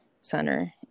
center